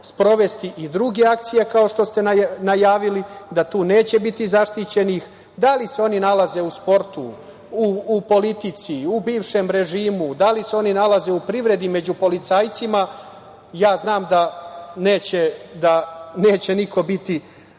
sprovesti i druge akcije kao što ste najavili, da tu neće biti zaštićenih. Da li se oni nalaze u sportu, politici, bivšem režimu, da li se oni nalaze u privredi, među policajcima, ja znam da neće niko biti